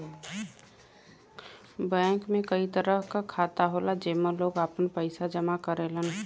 bank में कई तरह क खाता होला जेमन लोग आपन पइसा जमा करेलन